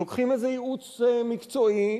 לוקחים איזה ייעוץ מקצועי,